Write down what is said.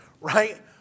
right